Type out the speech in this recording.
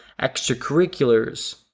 extracurriculars